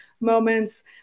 moments